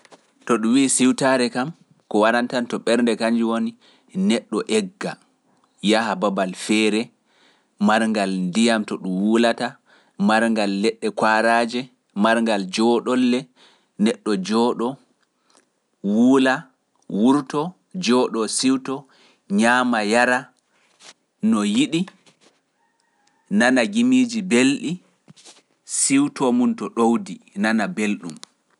To ɗum wii siwtaare kam, ko waɗantanto ɓernde kanji woni neɗɗo egga, yaha babal feere, marngal ndiyam to ɗum wuulata, marngal leɗɗe koaraaje, marngal jooɗolle, neɗɗo jooɗo, wuula, wurtoo, jooɗoo siwtoo, ñaama yara, no yiɗi, nana jimiiji belɗi siwtoo mum to ɗowdi nana belɗum.